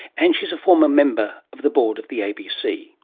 and she's a former member of the board of the abc.